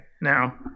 now